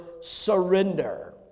surrender